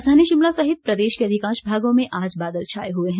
राजधानी शिमला सहित प्रदेश के अधिंकाश भागों में आज बादल छाये हुए हैं